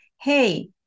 hey